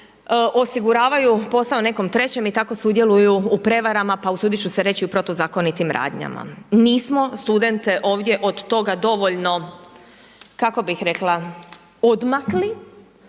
osiguravaju posao nekom trećem i tako sudjeluju u prevarama i usudit ću se reći u protuzakonitim radnjama. Nismo studente ovdje od toga dovoljno kako bih rekla odmakli